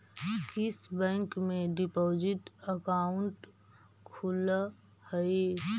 किस बैंक में deposit account खुलअ हई